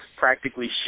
practically